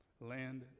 land